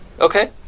Okay